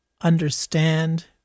understand